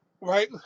right